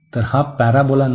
तर हा पॅराबोला नाही